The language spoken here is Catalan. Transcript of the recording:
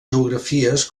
geografies